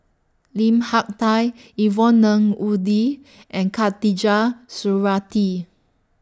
Lim Hak Tai Yvonne Ng Uhde and Khatijah Surattee